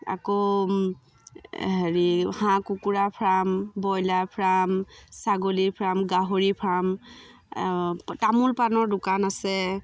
আকৌ হেৰি হাঁহ কুকুৰা ফাৰ্ম ব্ৰয়লাৰ ফাৰ্ম ছাগলীৰ ফাৰ্ম গাহৰিৰ ফাৰ্ম তামোল পানৰ দোকান আছে